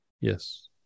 Yes